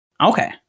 Okay